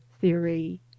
theory